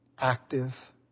active